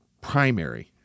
primary